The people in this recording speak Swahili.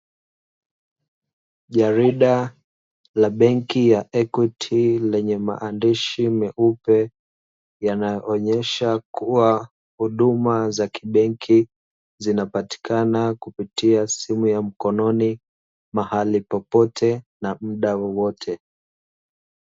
Jarida la benki ya "EQUITY" lenye maandishi meupe yanayoonyesha kuwa huduma za kibenki zinapatikana kupitia simu ya mkononi, mahali popote na muda wowote.